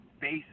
base